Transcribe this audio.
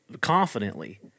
confidently